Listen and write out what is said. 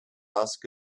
ask